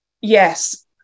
Yes